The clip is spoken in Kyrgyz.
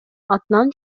атынан